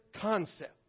concept